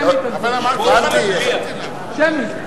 שמי, שמי.